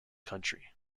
county